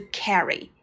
carry